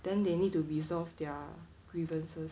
then they need to resolve their grievances